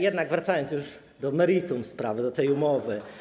Jednak wracając już do meritum sprawy, do tej umowy.